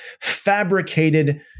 fabricated